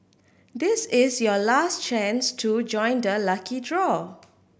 this is your last chance to join the lucky draw